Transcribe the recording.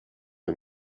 you